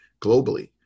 globally